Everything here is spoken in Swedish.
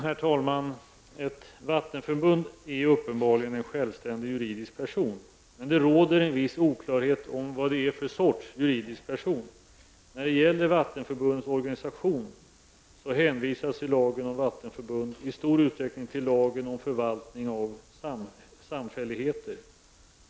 Herr talman! Ett vattenförbund är uppenbarligen en självständig juridisk person, men det råder oklarhet om vad det är för slags juridisk person. När det gäller vattenförbunds organisation hänvisas i lagen om vattenförbund i stor utsträckning till lagen om förvaltning av samfälligheter.